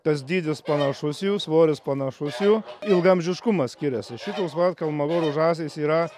tas dydis panašus jų svoris panašus jų ilgaamžiškumas skiriasi šitos vat chalmagorų žąsys yra